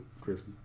Christmas